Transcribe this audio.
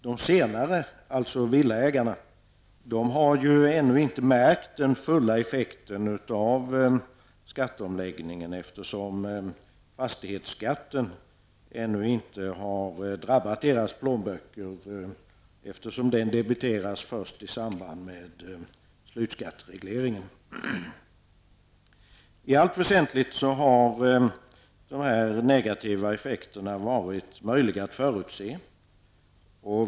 De senare, alltså villaägarna, har ännu inte märkt den fulla effekten av skatteomläggningen, eftersom fastighetsskatten ännu inte har drabbat deras plånböcker. Den debiteras ju först i samband med slutskatteregleringen. I allt väsentligt har de här negativa effekterna varit möjliga att förutse.